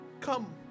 come